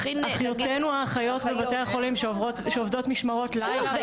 אחיותינו האחיות בבתי החולים שעובדות משמרות לילה.